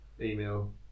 email